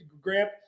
Grant